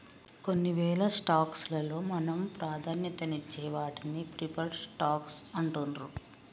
కొన్నివేల స్టాక్స్ లలో మనం ప్రాధాన్యతనిచ్చే వాటిని ప్రిఫర్డ్ స్టాక్స్ అంటుండ్రు